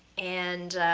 and